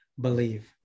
Believe